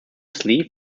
sleeve